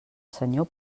senyor